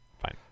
fine